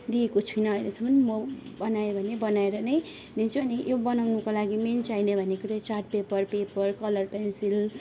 दिएको छुइनँ अहिलेसम्म म बनाएँ भने बनाएर नै दिन्छु अनि यो बनाउनुको लागि मेन चाहिने भनेको नै chart paper paper colour pencil